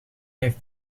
heeft